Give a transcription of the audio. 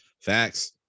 Facts